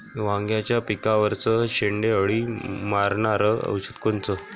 वांग्याच्या पिकावरचं शेंडे अळी मारनारं औषध कोनचं?